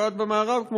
ושוקעת במערב,